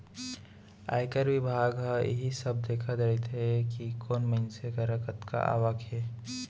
आयकर बिभाग ह इही सब देखत रइथे कि कोन मनसे करा कतका आवक हे